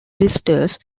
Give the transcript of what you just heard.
blisters